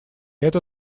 это